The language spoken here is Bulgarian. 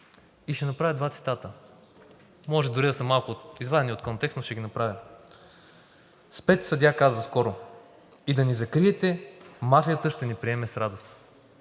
и ще направя два цитата. Може дори да са малко извадени от контекст, но ще ги направя. Спецсъдия каза скоро: „И да ни закриете, мафията ще ни приеме с радост.“